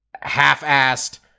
half-assed